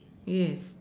yes